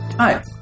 Hi